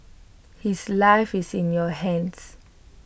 his life is in your hands